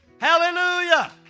Hallelujah